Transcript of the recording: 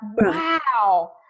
wow